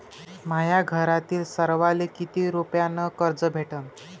माह्या घरातील सर्वाले किती रुप्यान कर्ज भेटन?